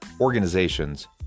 organizations